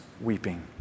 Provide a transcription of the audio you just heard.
weeping